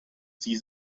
see